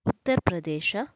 Uttar Pradesh